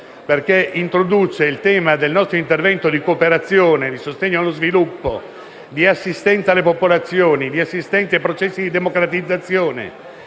- che introduce il tema del nostro intervento di cooperazione, di sostegno allo sviluppo e assistenza alle popolazioni, ai processi di democratizzazione